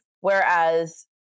whereas